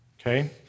Okay